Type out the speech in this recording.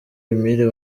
emile